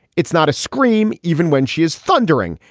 it's not a scream, even when she is thundering.